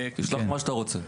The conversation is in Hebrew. תשלח את מה שאתה רוצה.